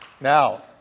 Now